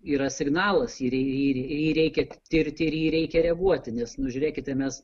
yra signalas ir jį jį reikia tirti ir į jį reikia reaguoti nes nu žiūrėkite mes